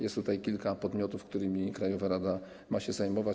Jest tutaj kilka podmiotów, którymi krajowa rada ma się zajmować.